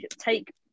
take